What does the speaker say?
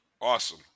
Awesome